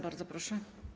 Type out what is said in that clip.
Bardzo proszę.